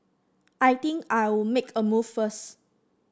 I think I'll make a move first